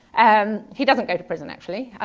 um he doesn't go to prison actually,